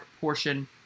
portion